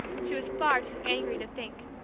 she was far too angry to think,